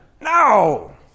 No